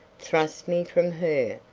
thrust me from her,